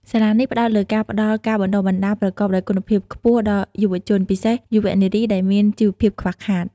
សាលានេះផ្តោតលើការផ្តល់ការបណ្តុះបណ្តាលប្រកបដោយគុណភាពខ្ពស់ដល់យុវជន ពិសេសយុវនារីដែលមានជីវភាពខ្វះខាត។